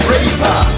Reaper